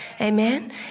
Amen